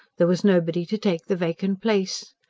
there was nobody to take the vacant place.